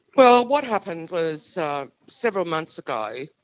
well, what happened was several months ago